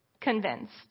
convinced